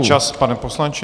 Čas, pane poslanče.